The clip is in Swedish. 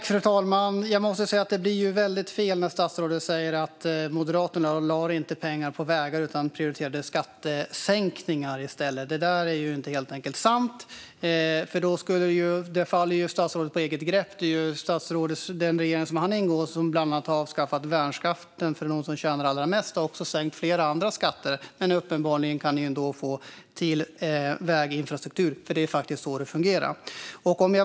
Fru talman! Jag måste säga att det blir väldigt fel när statsrådet säger att Moderaterna inte lade pengar på vägar utan i stället prioriterade skattesänkningar. Detta är helt enkelt inte sant. Där faller statsrådet på eget grepp. Det är ju den regering som han ingår i som bland annat har avskaffat värnskatten för dem som tjänar allra mest. Den har också sänkt flera andra skatter. Men uppenbarligen kan ni ändå få till väginfrastruktur. Det är faktiskt så det fungerar.